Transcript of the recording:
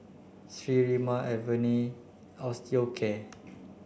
Sterimar Avene Osteocare